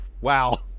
wow